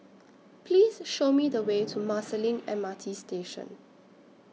Please Show Me The Way to Marsiling M R T Station